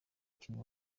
filime